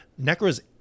necro's